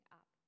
up